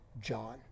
John